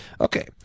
Okay